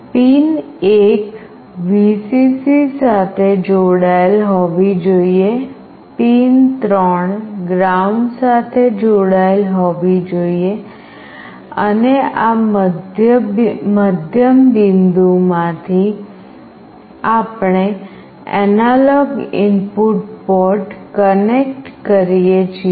pin 1 Vcc સાથે જોડાયેલ હોવી જોઈએ પિન 3 ગ્રાઉન્ડ સાથે જોડાયેલ હોવી જોઈએ અને આ મધ્યમ બિંદુમાંથી આપણે એનાલોગ ઇનપુટ પોર્ટ કનેક્ટ કરીએ છીએ